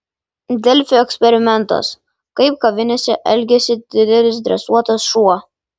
delfi eksperimentas kaip kavinėse elgiasi didelis dresuotas šuo